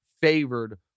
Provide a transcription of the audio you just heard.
favored